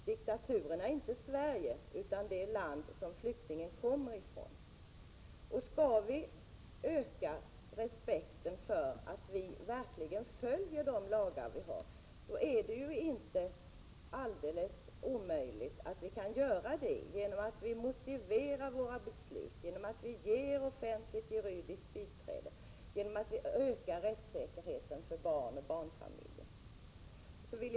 Diktaturen är inte Sverige utan det land som flyktingen kommer från. Respekten för Sverige som ett land som verkligen följer lagarna kan ökas genom att besluten motiveras, genom att flyktingarna får offentligt juridiskt biträde samt genom att rättssäkerheten för barn och barnfamiljer ökas.